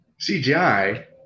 CGI